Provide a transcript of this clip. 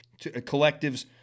collectives